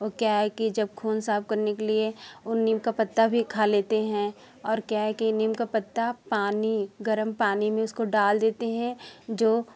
वो क्या है कि जब खून साफ करने के लिए वो नीम का पत्ता भी खा लेते हैं और क्या है कि नीम का पत्ता पानी गर्म पानी में उसको डाल देते हैं जो